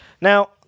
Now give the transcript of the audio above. Now